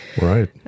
Right